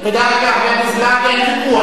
אתה מאפשר להם את זה.